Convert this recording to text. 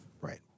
Right